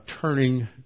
turning